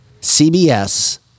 CBS